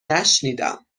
نشنیدم